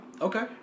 Okay